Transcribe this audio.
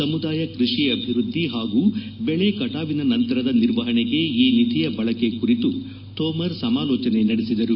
ಸಮುದಾಯ ಕೃಷಿ ಅಭಿವೃದ್ಧಿ ಹಾಗೂ ಬೆಳೆ ಕಟಾವಿನ ನಂತರದ ನಿರ್ವಹಣೆಗೆ ಈ ನಿಧಿಯ ಬಳಕೆ ಕುರಿತು ತೋಮರ್ ಸಮಾಲೋಚನೆ ನಡೆಸಿದರು